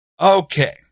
Okay